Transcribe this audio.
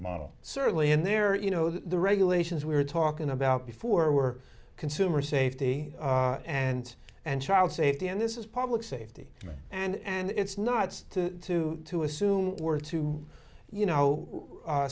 model certainly in there you know the regulations we're talking about before were consumer safety and and child safety and this is public safety and it's not to to to assume we're to you know